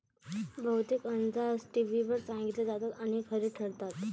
बहुतेक अंदाज टीव्हीवर सांगितले जातात आणि खरे ठरतात